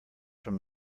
from